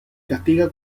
castiga